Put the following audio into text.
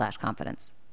confidence